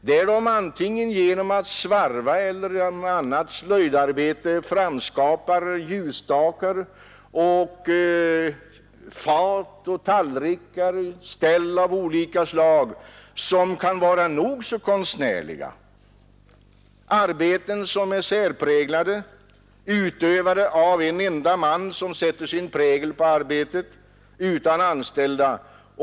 Där framskapar de genom svarvning eller annat slöjdarbete ljusstakar, fat och tallrikar av olika slag som kan vara nog så konstnärliga. Det är arbeten som är särpräglade, framställda av en enda man utan anställda.